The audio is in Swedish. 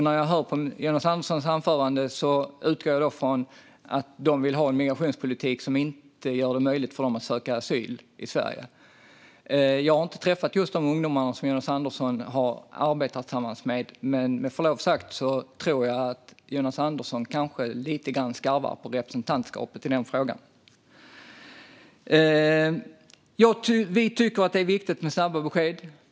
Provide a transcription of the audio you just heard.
När jag hör Jonas Anderssons anförande utgår jag från att de vill ha en migrationspolitik som inte gör det möjligt för dem att söka asyl i Sverige. Jag har inte träffat just de ungdomar som Jonas Andersson har arbetat tillsammans med, men med förlov sagt tror jag att Jonas Andersson kanske skarvar lite grann på representantskapet i den frågan. Vi tycker att det är viktigt med snabba besked.